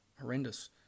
horrendous